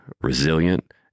resilient